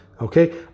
okay